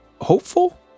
hopeful